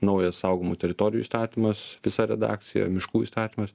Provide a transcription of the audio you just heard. naujas saugomų teritorijų įstatymas visa redakcija miškų įstatymas